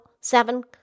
seven